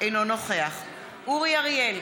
אינו נוכח אורי אריאל,